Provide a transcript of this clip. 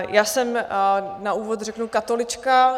Já jsem, na úvod řeknu, katolička.